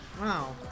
Wow